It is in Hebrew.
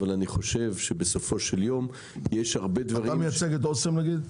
אבל אני חושב שבסופו של יום יש הרבה דברים --- אתה מייצג את אסם נגיד?